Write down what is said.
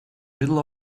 middle